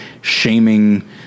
shaming